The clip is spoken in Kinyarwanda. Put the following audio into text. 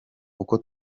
uko